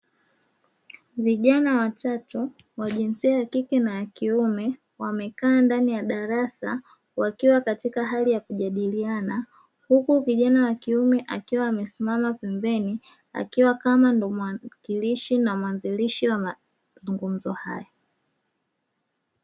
Vijana watatu wa jinsia ya kike na ya kiume wamekaa ndani ya darasa wakiwa katika hali ya kujadiliana, huku kijana wakiume akiwa amesimama pembeni akiwa kama muwakilishi na muanzilishi wa mazungumzo hayo.